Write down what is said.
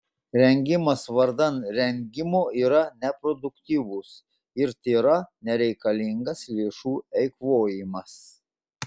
rengimas vardan rengimo yra neproduktyvus ir tėra nereikalingas lėšų eikvojimas